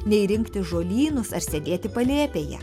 nei rinkti žolynus ar sėdėti palėpėje